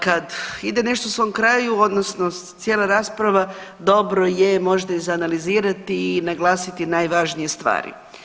Kad ide nešto svom kraju odnosno cijela rasprava dobro je možda izanalizirati i naglasiti najvažnije stvari.